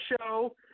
show